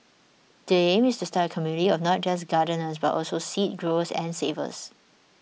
the aim is to start a community of not just gardeners but also seed growers and savers